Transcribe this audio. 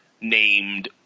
named